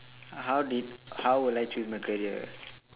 how did how would I choose my career